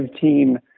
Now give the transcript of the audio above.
team